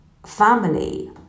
Family